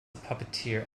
puppeteer